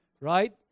right